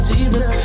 Jesus